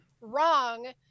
wrong